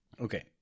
Okay